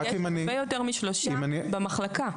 יש הרבה יותר משלושה במחלקה.